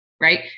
right